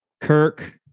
Kirk